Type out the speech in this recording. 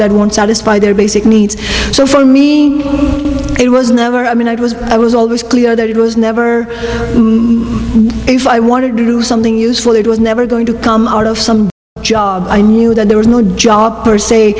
that one satisfy their basic needs so for me it was never i mean i was i was always clear that it was never if i wanted to do something useful it was never going to come out of some job i knew that there was no job per s